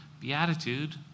beatitude